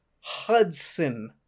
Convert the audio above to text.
hudson